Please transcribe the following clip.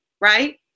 right